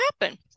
happen